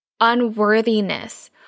Unworthiness